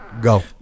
Go